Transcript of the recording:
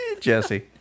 Jesse